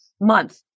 month